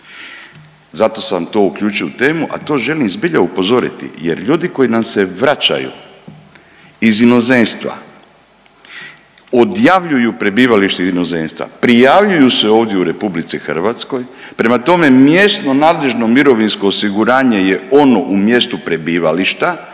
Zato sam to uključio u temu, a to želim zbilja upozoriti jer ljudi koji nam se vraćaju iz inozemstva odjavljuju prebivalište od inozemstva, prijavljuju se ovdje u RH prema tome mjesno nadležno mirovinsko osiguranje je ono u mjestu prebivališta,